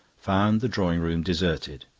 found the drawing-room deserted.